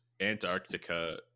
Antarctica